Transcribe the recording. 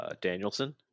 Danielson